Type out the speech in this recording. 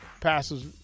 passes